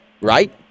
right